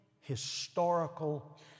historical